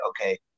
okay